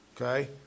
Okay